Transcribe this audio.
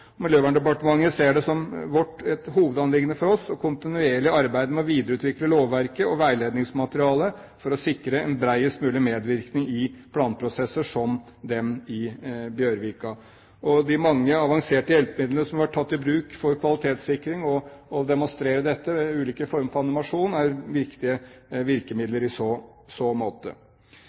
Miljøverndepartementet ser det som et hovedanliggende kontinuerlig å arbeide med å videreutvikle lovverket og veiledningsmaterialet for å sikre en bredest mulig medvirkning i planprosesser som dem i Bjørvika. De mange avanserte hjelpemidlene som har vært tatt i bruk for kvalitetssikring og å demonstrere dette ved ulike former for animasjon, er viktige virkemidler i så måte.